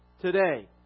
today